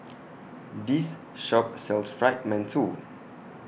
This Shop sells Fried mantou